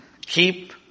keep